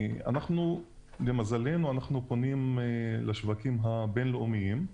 למזלנו, אנחנו פונים לשווקים בין-לאומיים: